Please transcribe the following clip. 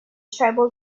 tribal